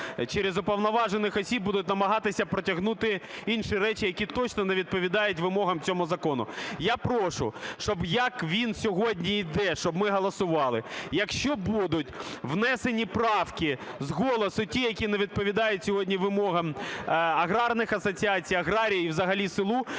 через уповноважених осіб будуть намагатися протягнути інші речі, які точно не відповідають вимогам цього закону. Я прошу, щоб як він сьогодні іде, щоб ми голосували. Якщо будуть внесені правки з голосу, ті, які не відповідають сьогодні вимогам аграрних асоціацій, аграріїв і взагалі селу,